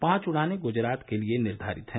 पांच उड़ानें गुजरात के लिए निर्घारित हैं